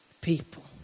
people